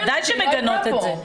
ודאי שמגנות את זה.